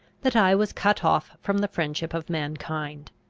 that i was cut off from the friendship of mankind.